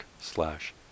slash